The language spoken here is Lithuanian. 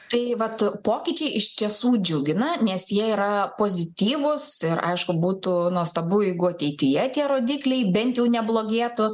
tai vat pokyčiai iš tiesų džiugina nes jie yra pozityvūs ir aišku būtų nuostabu jeigu ateityje tie rodikliai bent jau neblogėtų